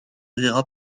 rira